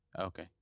Okay